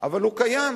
אבל הוא קיים.